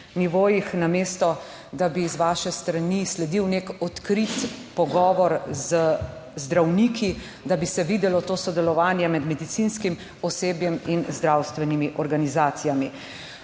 namesto da bi z vaše strani sledil nek odkrit pogovor z zdravniki, da bi se videlo to sodelovanje med medicinskim osebjem in zdravstvenimi organizacijami.